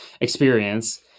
experience